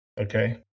Okay